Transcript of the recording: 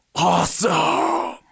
Awesome